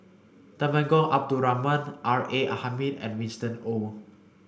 Temenggong Abdul Rahman R A Hamid and Winston Oh